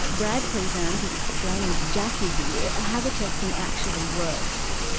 like brad prezant is explaining to jacki here how the testing actually works.